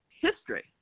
history